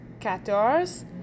Quatorze